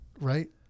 right